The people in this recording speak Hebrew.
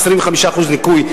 25% ניכוי,